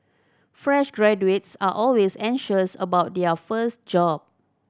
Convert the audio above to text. fresh graduates are always anxious about their first job